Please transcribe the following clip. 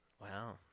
Wow